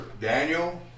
Daniel